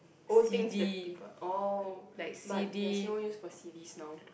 old things that people oh but there's no use for C_Ds now